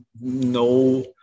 no